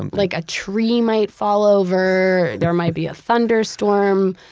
and like a tree might fall over, there might be a thunderstorm.